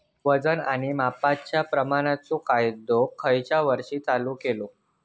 वजन आणि मापांच्या प्रमाणाचो कायदो खयच्या वर्षी चालू केलो?